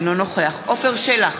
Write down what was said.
אינו נוכח עפר שלח,